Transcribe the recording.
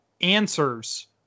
answers